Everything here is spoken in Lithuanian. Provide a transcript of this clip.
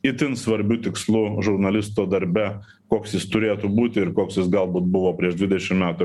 itin svarbiu tikslu žurnalisto darbe koks jis turėtų būti ir koks jis galbūt buvo prieš dvidešim metų